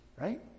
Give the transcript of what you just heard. Right